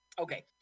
Okay